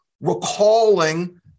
recalling